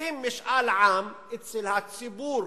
עושים משאל עם אצל הציבור